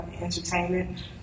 entertainment